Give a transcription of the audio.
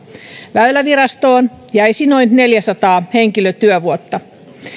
väylävirastoon jäisi noin neljäsataa henkilötyövuotta